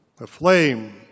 aflame